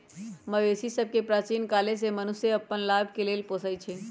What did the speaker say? मवेशि सभके प्राचीन काले से मनुष्य अप्पन लाभ के लेल पोसइ छै